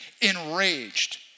enraged